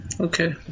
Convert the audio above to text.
Okay